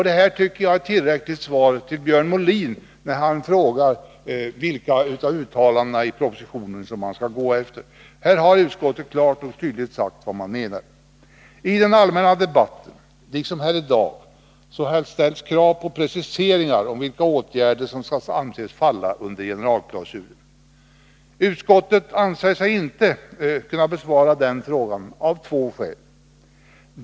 Det här tycker jag är ett tillräckligt svar till Björn Molin på hans fråga om vilka av uttalandena i propositionen man skall gå efter. Här har utskottet klart och tydligt talat om vad det menar. I den allmänna debatten liksom här i dag har ställts krav på preciseringar om vilka åtgärder som skall anses falla under generalklausulen. Utskottet anser sig av två skäl inte kunna göra sådana preciseringar.